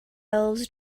elves